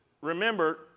Remember